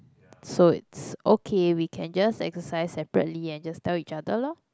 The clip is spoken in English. so it's okay we can just exercise separately and just tell each other lor